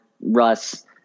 Russ